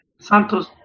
Santos